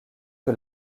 que